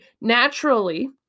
naturally